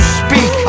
speak